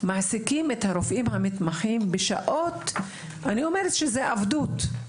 מעסיקים את הרופאים המתמחים בשעות שהן ממש עבדות.